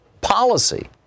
policy